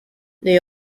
they